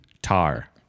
Tar